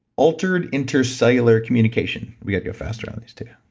altered intercellular communication. we gotta go faster on these too.